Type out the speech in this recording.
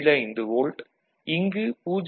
75 volt இங்கு 0